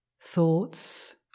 thoughts